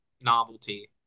novelty